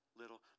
little